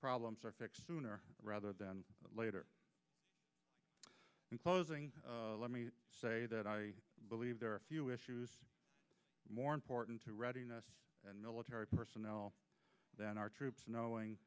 problems are fixed sooner rather than later in closing let me say that i believe there are a few issues more important to readiness and military personnel than our troops knowing